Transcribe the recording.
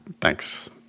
Thanks